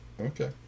Okay